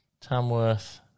Tamworth